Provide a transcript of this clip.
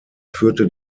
führte